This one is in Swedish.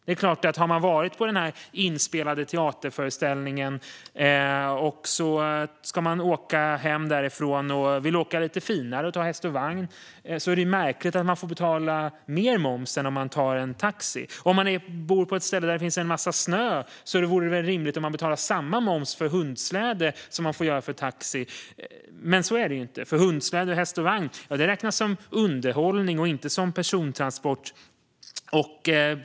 Om man har varit på den inspelade teaterföreställningen och ska hem därifrån och vill åka lite finare, med häst och vagn, är det märkligt att man får betala mer moms än om man tar en taxi. Om man bor på ett ställe där det finns en massa snö vore det väl rimligt att man betalar samma moms för hundsläde som för taxi, men så är det inte, för hundsläde och häst och vagn räknas som underhållning och inte som persontransport.